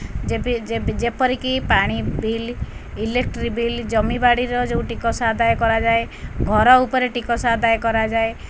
ଯେବିଯେପଯେପରିକି ପାଣି bill electricity bill ଜମିବାଡ଼ିର ଯୋଉ ଟିକସ ଆଦାୟ କରାଯାଏ ଘର ଉପରେ ଟିକସ ଆଦାୟ କରାଯାଏ